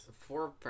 four